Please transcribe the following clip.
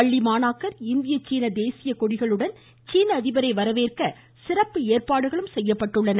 பள்ளி மாணாக்கர் இந்திய சீன தேசிய கொடிகளுடன் சீன அதிபரை வரவேற்க சிறப்பு ஏற்பாடுகள் செய்யப்பட்டுள்ளன